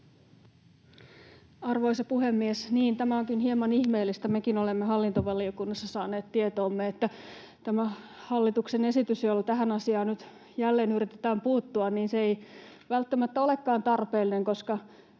Arvoisa puhemies! Niin, tämä onkin hieman ihmeellistä. Mekin olemme hallintovaliokunnassa saaneet tietoomme, että tämä hallituksen esitys, jolla tähän asiaan nyt jälleen yritetään puuttua, ei välttämättä olekaan tarpeellinen, koska